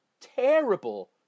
terrible